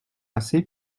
assez